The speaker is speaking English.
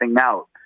out